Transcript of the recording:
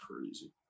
crazy